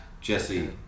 Jesse